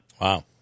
Wow